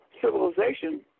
civilization